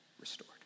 restored